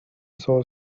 saw